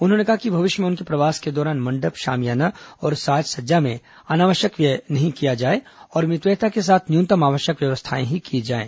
उन्होंने कहा कि भविष्य में उनके प्रवास के दौरान मण्डप शामियाना और साज सज्जा में अनावश्यक व्यय न किया जाए और मितव्ययता के साथ न्यूनतम आवश्यक व्यवस्थाएं ही की जाएं